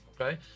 okay